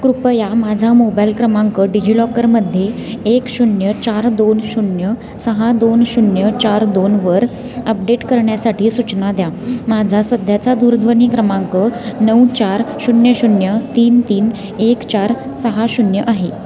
कृपया माझा मोबाईल क्रमांक डिजिलॉकरमध्ये एक शून्य चार दोन शून्य सहा दोन शून्य चार दोनवर अपडेट करण्यासाठी सूचना द्या माझा सध्याचा दूरध्वनी क्रमांक नऊ चार शून्य शून्य तीन तीन एक चार सहा शून्य आहे